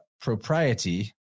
Propriety